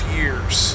years